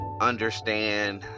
understand